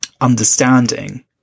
understanding